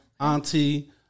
Auntie